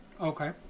Okay